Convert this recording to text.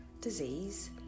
disease